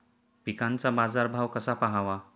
पिकांचा बाजार भाव कसा पहावा?